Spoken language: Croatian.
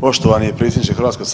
Poštovani predsjedniče HS,